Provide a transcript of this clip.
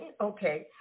okay